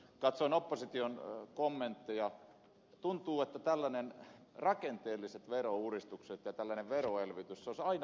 katsoin opposition kommentteja ja tuntuu siltä että rakenteelliset verouudistukset ja tällainen veroelvytys olisivat aina pahasta